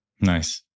nice